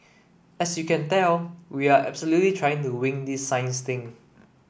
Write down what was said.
as you can tell we are absolutely trying to wing this science thing